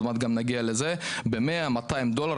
ב-200-100 דולר.